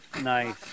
Nice